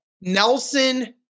Nelson